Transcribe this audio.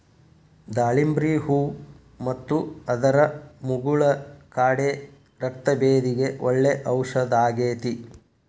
ದಾಳಿಂಬ್ರಿ ಹೂ ಮತ್ತು ಅದರ ಮುಗುಳ ಕಾಡೆ ರಕ್ತಭೇದಿಗೆ ಒಳ್ಳೆ ಔಷದಾಗೇತಿ